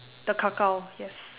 the cacao yes